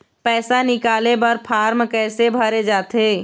पैसा निकाले बर फार्म कैसे भरे जाथे?